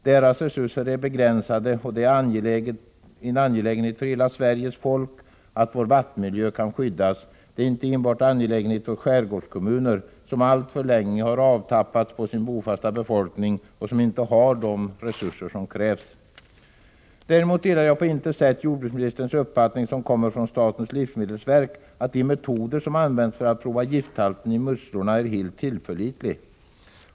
Deras resurser är begränsade, och det är en angelägenhet för hela Sveriges folk att vår vattenmiljö kan skyddas. Det är inte en angelägenhet enbart för våra skärgårdskommuner, som alltför länge avtappats på sin bofasta befolkning och som inte har de resurser som behövs. Däremot delar jag på intet sätt jordbruksministerns uppfattning, som kommer från statens livsmedelsverk, att de metoder som används för att prova gifthalten i musslor är helt tillförlitliga.